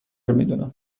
میدونم